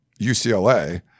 UCLA